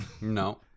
No